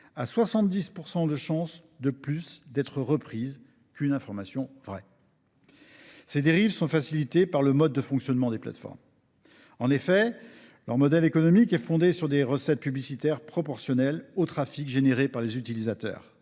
a 70 % de chances de plus d’être reprise qu’une information vraie. Ces dérives sont facilitées par le mode de fonctionnement des plateformes. En effet, leur modèle économique repose sur des recettes publicitaires proportionnelles au trafic suscité par les utilisateurs.